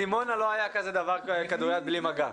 בדימונה לא היה כזה דבר כדוריד בלי מגע.